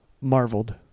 marveled